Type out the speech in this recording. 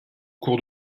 cours